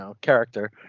Character